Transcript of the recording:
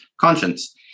conscience